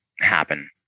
happen